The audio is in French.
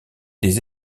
des